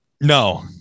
No